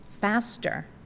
faster